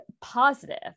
positive